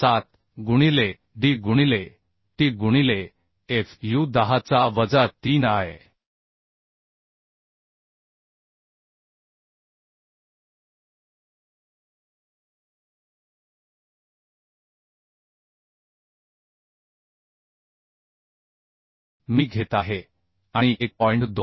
57 गुणिले d गुणिले t गुणिले fu 10 चा वजा 3 I मी घेत आहे आणि 1